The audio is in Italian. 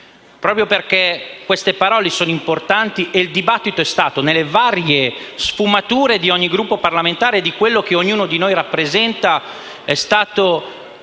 Proprio perché queste parole sono importanti, il dibattito si è svolto secondo le varie sfumature di ogni Gruppo parlamentare, secondo quello che ognuno di noi rappresenta, dando